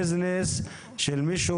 ביזנס שמישהו